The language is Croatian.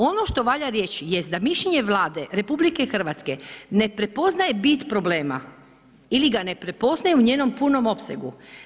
Ono što valja reći jest da mišljenje Vlade RH ne prepoznaje bit problema ili ga ne prepoznaje u njenom punom opsegu.